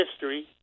history